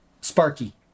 Sparky